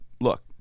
look